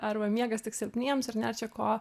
arba miegas tik silpniems ir nėra čia ko